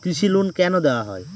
কৃষি লোন কেন দেওয়া হয়?